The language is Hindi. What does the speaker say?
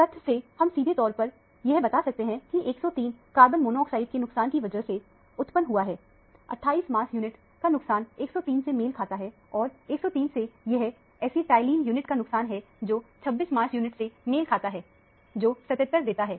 तथ्य से हम सीधे तौर पर यह बता सकते की 103 कार्बन मोनोऑक्साइड के नुकसान की वजह से उत्पन्न हुआ है 28 मास यूनिट का नुकसान 103 से मेल खाता है और 103 से यह ऐसीटाइलिन यूनिट का नुकसान है जो 26 मास यूनिट से मेल खाता है और जो 77 देता है